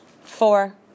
four